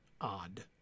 odd